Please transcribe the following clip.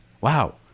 Wow